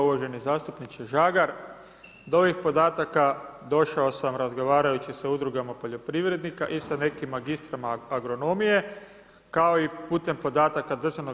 Uvaženi zastupniče Žagar, do ovih podataka došao sam razgovarajući sa udrugama poljoprivrednika i sa nekim magistrama agronomije kao i putem podataka DZS-a.